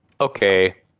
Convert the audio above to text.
Okay